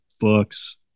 books